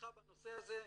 לתמיכה בנושא הזה,